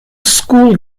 school